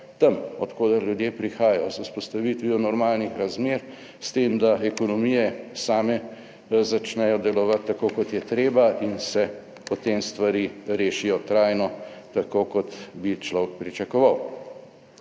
od koder ljudje prihajajo, z vzpostavitvijo normalnih razmer, s tem, da ekonomije same začnejo delovati tako, kot je treba in se potem stvari rešijo trajno, tako kot bi človek pričakoval.